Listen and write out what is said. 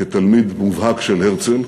כתלמיד מובהק של הרצל,